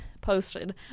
posted